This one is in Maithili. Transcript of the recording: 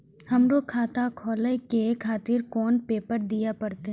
हमरो खाता खोले के खातिर कोन पेपर दीये परतें?